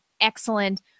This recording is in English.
excellent